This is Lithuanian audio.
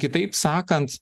kitaip sakant